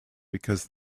because